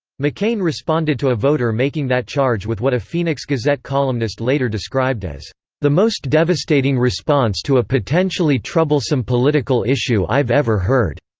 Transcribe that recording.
mccain responded to a voter making that charge with what a phoenix gazette columnist later described as the most devastating response to a potentially troublesome political issue i've ever heard